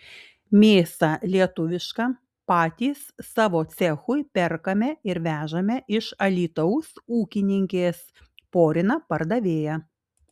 mėsa lietuviška patys savo cechui perkame ir vežame iš alytaus ūkininkės porina pardavėja